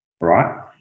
right